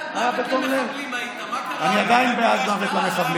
אני עדיין בעד מוות למחבלים.